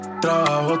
Trabajo